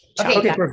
Okay